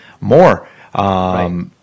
more